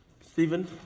Stephen